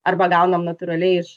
arba gaunam natūraliai iš